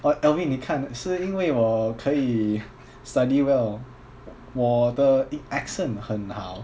alvin 你看是因为我可以 study well 我的 accent 很好